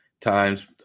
times